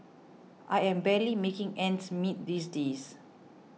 I'm barely making ends meet these days